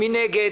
מי נגד?